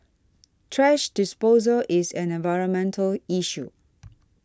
thrash disposal is an environmental issue